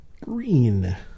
green